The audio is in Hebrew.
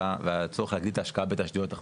והצורך להגדיל את ההשקעה בתשתיות והצורך